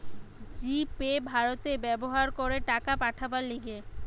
জি Pay ভারতে ব্যবহার করে টাকা পাঠাবার লিগে